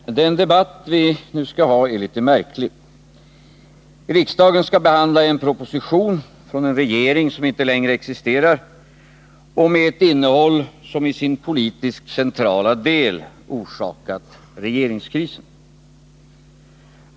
Fru talman! Den debatt vi nu skall föra är litet märklig. Riksdagen skall behandla en proposition från en regering som inte längre existerar och med ett innehåll som i sin politiskt centrala del orsakat regeringskrisen.